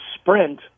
sprint